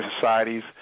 societies